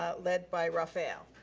ah led by rafael.